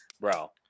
bro